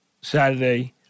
Saturday